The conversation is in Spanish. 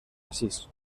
asís